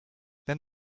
then